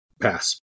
pass